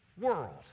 world